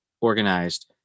organized